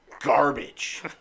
garbage